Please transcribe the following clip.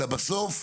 אלא בסוף,